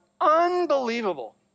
unbelievable